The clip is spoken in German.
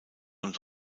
und